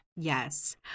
yes